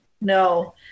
No